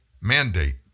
mandate